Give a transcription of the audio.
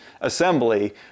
assembly